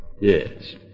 Yes